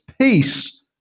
peace